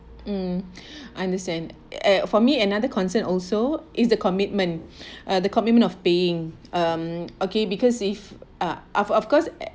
um understand eh for me another concern also is the commitment uh the commitment of paying um okay because if uh of of course